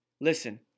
Listen